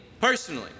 personally